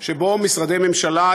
שמשרדי ממשלה,